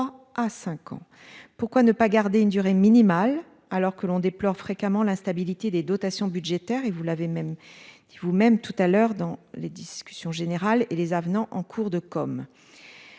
Pourquoi ne pas garder une durée minimale, alors que l'on déplore fréquemment la stabilité des dotations budgétaires